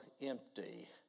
empty